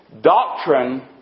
Doctrine